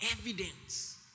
evidence